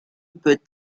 peut